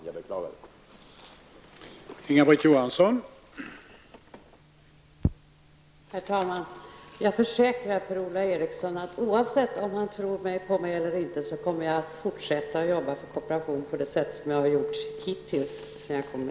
Jag beklagar det.